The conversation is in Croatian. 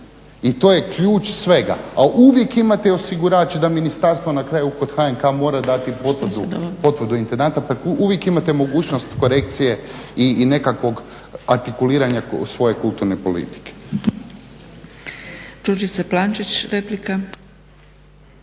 I to je ključ svega. A uvijek imate osigurač da ministarstvo na kraju kod HNK mora dati potvrdu intendanta. Uvijek imate mogućnost korekcije i nekakvog artikuliranja svoje kulturne politike.